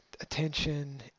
attention